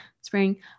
spring